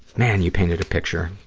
man, you painted a picture.